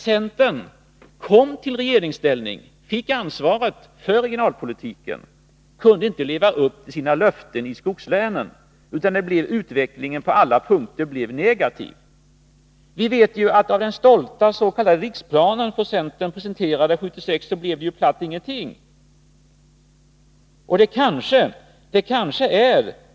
Centern kom i regeringsställning och fick ansvaret för regionalpolitiken, men kunde inte leva upp till sina löften i skogslänen, utan utvecklingen blev på alla punkter negativ. Av den stolta s.k. riksplanen, som centern presenterade 1976, blev det platt intet.